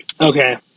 Okay